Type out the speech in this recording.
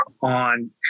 on